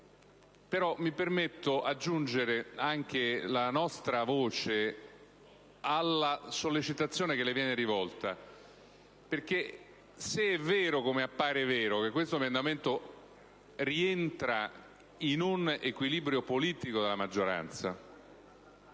Mi permetto però di aggiungere anche la nostra voce alla sollecitazione che le viene rivolta. Se è vero, come appare vero, che questo emendamento rientra in un equilibrio politico della maggioranza